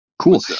Cool